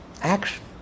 action